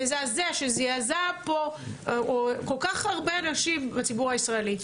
שזעזע פה כל כך הרבה אנשים בציבור הישראלי,